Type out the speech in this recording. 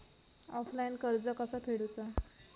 Offline कर्ज कसा फेडूचा?